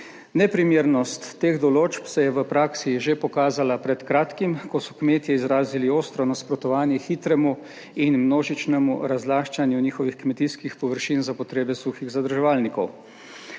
Neprimernost teh določb se je v praksi že pokazala pred kratkim, ko so kmetje izrazili ostro nasprotovanje hitremu in množičnemu razlaščanju njihovih kmetijskih površin za potrebe suhih zadrževalnikov.